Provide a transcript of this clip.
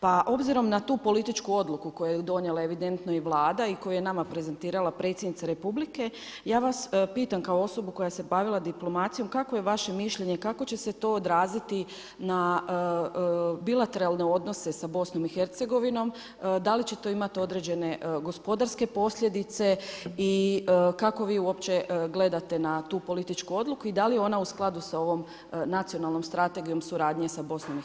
Pa obzirom na tu političku odluku koju je donijela evidentno i Vlada i koja je nama prezentirala Predsjednica Republike, ja vas pitam kao osobu koja se bavila diplomacijom, kakvo je vaše mišljenje kako će se to odraziti na bilateralne odnose sa BiH-om, da li će to imati određene gospodarske posljedice i kako vi uopće gledate na tu političku odluku i da li je ona u skladu sa ovom nacionalnom strategijom suradnje sa BiH-om.